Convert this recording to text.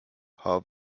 howe